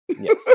Yes